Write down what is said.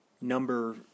number